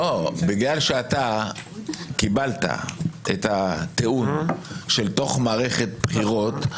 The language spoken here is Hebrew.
בגלל שקיבלת את הטיעון של מערכת בחירות.